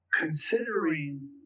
considering